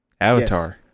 Avatar